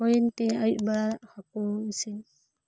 ᱦᱩᱭᱮᱱ ᱛᱤᱧᱟᱹ ᱟᱹᱭᱩᱵ ᱵᱮᱲᱟ ᱦᱟᱹᱠᱩ ᱤᱥᱤᱱ